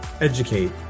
educate